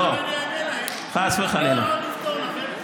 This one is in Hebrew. אני אענה להם: אני לא יכול לפתור לכם,